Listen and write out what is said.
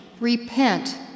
Repent